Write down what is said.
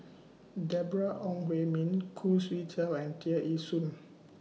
Deborah Ong Hui Min Khoo Swee Chiow and Tear Ee Soon